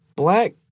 Black